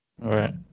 right